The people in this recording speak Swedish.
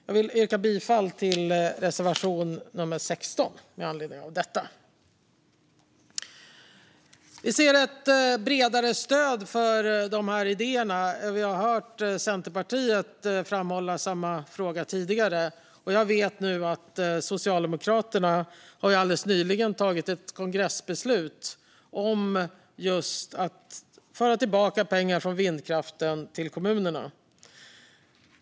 Jag vill yrka bifall till reservation nummer 16 med anledning av detta. Vi ser ett bredare stöd för de här idéerna. Vi har hört Centerpartiet framhålla samma fråga tidigare, och jag vet att Socialdemokraterna alldeles nyligen har tagit ett kongressbeslut om att just föra tillbaka pengar från vindkraften till kommunerna.